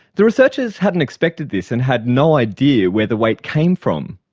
the researchers hadn't expected this and had no idea where the weight came from.